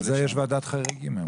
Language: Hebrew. על זה יש ועדת חריגים היום.